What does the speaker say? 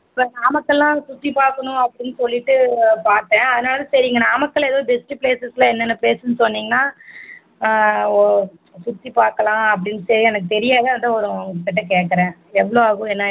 இப்போ நாமக்கல் எல்லாம் சுற்றி பார்க்கணும் அப்படினு சொல்லிவிட்டு பார்த்தேன் அதனால சரி இங்கே நமக்கல்ல எதோ ஒரு பெஸ்ட்டு பிளேசஸ் எல்லாம் என்னென்ன பிளேஸ்ன்னு சொன்னிங்கன்னா ஆ ஓ சுற்றி பார்க்கலாம் அப்படின்டு எனக்கு தெரியாது அதான் கேட்குறன் எவ்வளோ ஆகும் என்ன